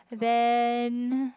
then